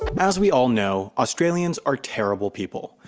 as we all know, australians are terrible people.